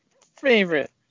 favorite